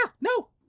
no